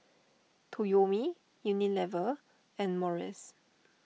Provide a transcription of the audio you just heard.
Toyomi Unilever and Morries